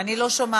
אני לא שומעת.